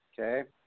Okay